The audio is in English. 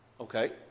Okay